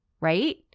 Right